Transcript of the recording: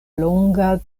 longa